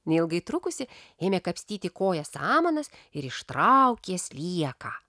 neilgai trukusi ėmė kapstyti koja samanas ir ištraukė slieką